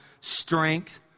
strength